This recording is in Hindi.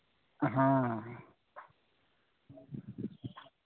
हाँ